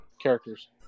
characters